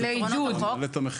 יוצא עכשיו קמפיין -- לעידוד?